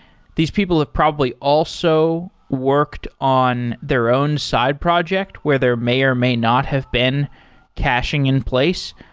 these people have probably also worked on their own side project where there may or may not have been caching in place.